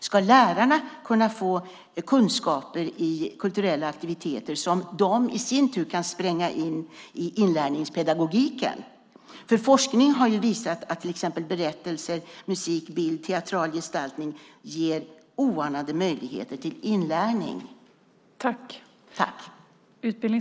Ska lärarna kunna få kunskaper i kulturella aktiviteter som de i sin tur kan spränga in i inlärningspedagogiken? Forskning har ju visat att till exempel berättelser, musik, bild, teatral gestaltning ger oanade möjligheter till inlärning.